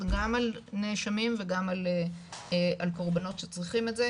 גם על נאשמים וגם על קורבנות שצריכים את זה,